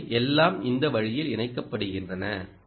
எனவே எல்லாம் இந்த வழியில் இணைக்கப்படுகின்றன